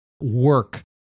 work